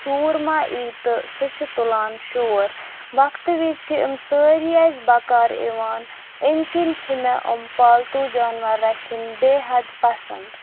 ژوٗر ما ای تہٕ سُہ چھِ تُلان شور وقتہٕ وِز چھِ یِم سٲری اَسہِ بکار یِوان امہِ کِنۍ چھِ مےٚ یِم پالتو جاناوار رَچھِنۍ بےحد پَسنٛد